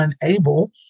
unable